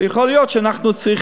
בגלל זה,